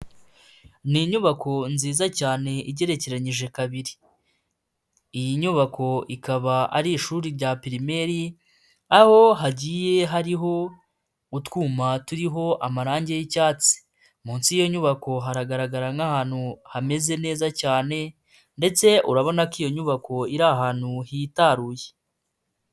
Ni inyubako nziza cyane igerekeranyije kabiri. Iyi nyubako ikaba ari ishuri rya pirimeri, aho hagiye hariho utwuma turiho amarangi y'icyatsi. Munsi y'iyo nyubako haragaragara nk'ahantu hameze neza cyane ndetse urabona ko iyo nyubako iri ahantu hitaruye.